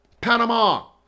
Panama